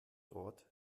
dort